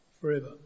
forever